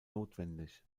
notwendig